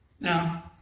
Now